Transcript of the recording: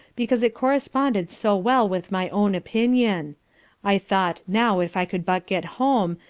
because it corresponded so well with my own opinion i thought now if i could but get home,